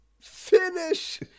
finish